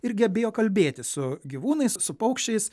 ir gebėjo kalbėti su gyvūnais su paukščiais